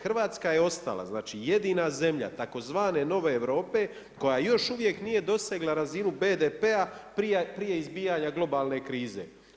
Hrvatska je ostala znači jedina zemlja, tzv. nove Europe koja još uvijek nije dosegla razinu BDP-a prije izbivanja globalne krize.